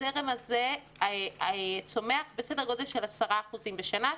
הזרם הזה צומח בסדר גודל של 10% בשנה,